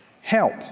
help